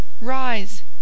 Rise